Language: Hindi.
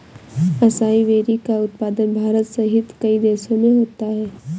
असाई वेरी का उत्पादन भारत सहित कई देशों में होता है